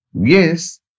Yes